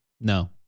no